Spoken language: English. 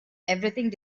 everything